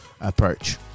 approach